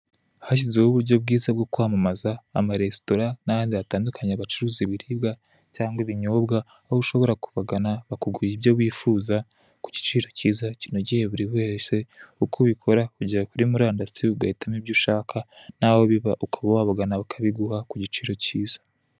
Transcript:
Hashyizwe ho uburyo bwiza bwo kwamamaza amaresitora n'ahandi hatandukanye bacuruza ibiribwa cyangwa ibinyobwa, aho ushobora kubagana, bakaguha ibyo wifuza, ku giciro kiza kinogeye buri wese, uko ibikora ujya kuri murandasi, ugahitamo ibyo ushaka n,aho biva ukaba wabagana bakabiguha ku giciro kiza.